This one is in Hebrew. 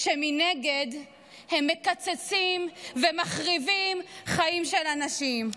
כשמנגד הם מקצצים ומחריבים חיים של אנשים.